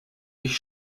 ich